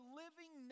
living